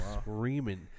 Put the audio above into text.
screaming